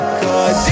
cause